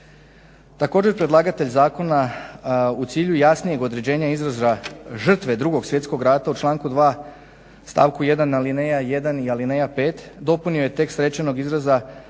Također predlagatelj zakona u cilju jasnijeg određenja izraza žrtve 2.svjetskog rata u članku 2.stavku 1.alineja 1. i alineja 5.dopunio je tekst rečenog izraza